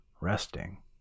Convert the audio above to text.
resting